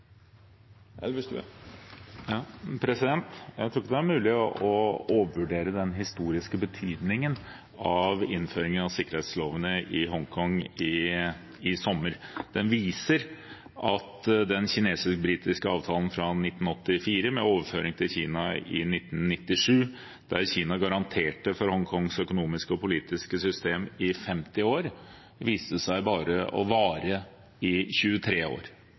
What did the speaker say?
Jeg tror ikke det er mulig å overvurdere den historiske betydning av innføringen av sikkerhetslovene i Hongkong i sommer. Det viste seg at den kinesisk–britiske avtalen fra 1984 om overføring til Kina i 1997, der Kina garanterte for Hongkongs økonomiske og politiske system i 50 år, bare varte i 23 år.